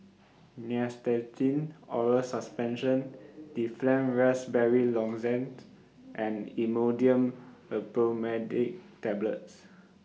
Nystatin Oral Suspension Difflam Raspberry Lozenges and Imodium Loperamide Tablets